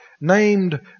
named